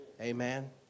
Amen